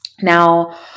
Now